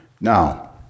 Now